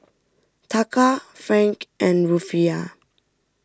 Taka Franc and Rufiyaa